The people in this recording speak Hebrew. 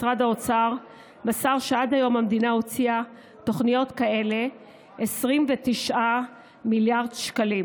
משרד האוצר מסר שעד היום המדינה הוציאה על תוכניות כאלה 29 מיליארד שקל.